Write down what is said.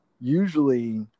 usually